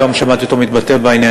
היום שמעתי אותו מתבטא בעניין,